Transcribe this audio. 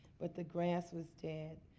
but the grass was dead.